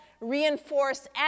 reinforce